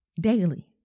daily